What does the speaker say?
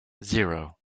zero